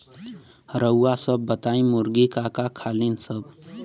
रउआ सभ बताई मुर्गी का का खालीन सब?